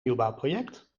nieuwbouwproject